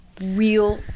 real